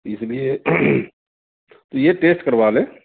اِس لیے تو یہ ٹیسٹ کروا لیں